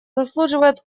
заслуживает